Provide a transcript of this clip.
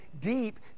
deep